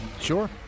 Sure